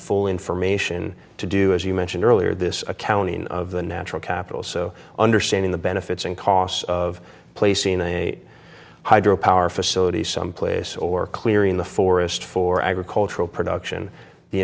full information to do as you mentioned earlier this accounting of the natural capital so understanding the benefits and costs of placing a hydropower facilities someplace or clearing the forest for agricultural production the